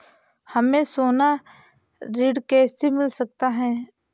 हमें सोना ऋण कैसे मिल सकता है?